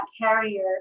carrier